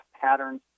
patterns